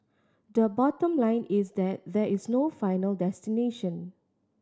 the bottom line is that there is no final destination